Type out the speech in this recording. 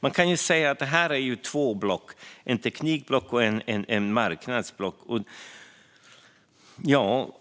Man kan säga att det rör sig om två block, ett teknikblock och ett marknadsblock.